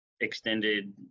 extended